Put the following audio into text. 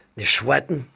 you're sweating,